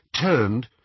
turned